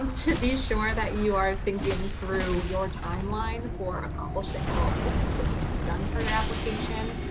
um to be sure that you are thinking through your timeline for accomplishing all the things that need to be done for your application,